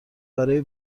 برای